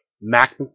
Mac